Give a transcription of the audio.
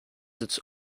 its